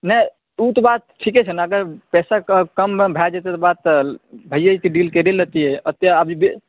नहि ओ तऽ बात ठीके छै ने अगर पैसा कम मे भय जाइ बात तऽ भैये जेतियै डील कैरिये लेतियै एते आब